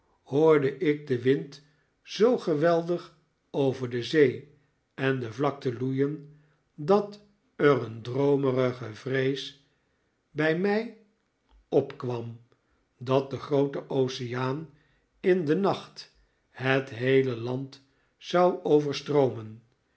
hoorde ik den wind zoo geweldig over de zee en de vlakte loeien dat er een droomerige vrees bij mij opkwam dat de groote oceaan in den nacht het heele land zou overstroomen